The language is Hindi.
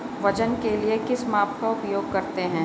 वजन के लिए किस माप का उपयोग करते हैं?